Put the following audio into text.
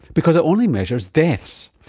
because it only measures deaths.